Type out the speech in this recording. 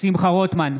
שמחה רוטמן,